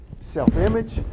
self-image